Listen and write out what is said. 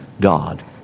god